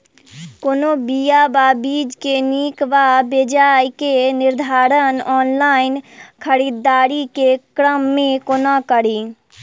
कोनों बीया वा बीज केँ नीक वा बेजाय केँ निर्धारण ऑनलाइन खरीददारी केँ क्रम मे कोना कड़ी?